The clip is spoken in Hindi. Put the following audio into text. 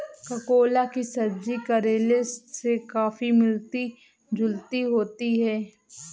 ककोला की सब्जी करेले से काफी मिलती जुलती होती है